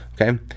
Okay